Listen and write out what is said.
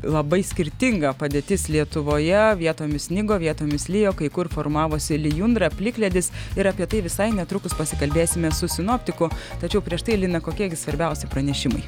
labai skirtinga padėtis lietuvoje vietomis snigo vietomis lijo kai kur formavosi lijundra plikledis ir apie tai visai netrukus pasikalbėsime su sinoptiku tačiau prieš tai lina kokie gi svarbiausi pranešimai